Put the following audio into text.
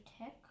Tech